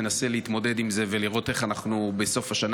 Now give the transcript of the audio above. מנסה להתמודד עם זה ולראות איך אנחנו בסוף השנה